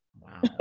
Wow